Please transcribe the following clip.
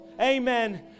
Amen